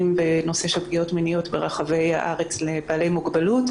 בנושא של פגיעות מיניות בבעלי מוגבלויות.